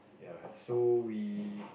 ya so we